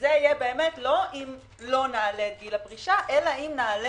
וזה יהיה לא אם לא נעלה את גיל הפרישה אלא אם נעלה